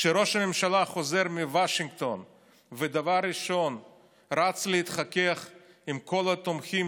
כשראש הממשלה חוזר מוושינגטון ודבר ראשון רץ להתחכך עם כל התומכים